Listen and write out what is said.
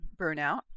burnout